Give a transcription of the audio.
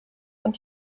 und